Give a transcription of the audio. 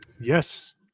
Yes